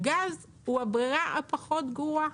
גז הוא הברירה הפחות גרועה.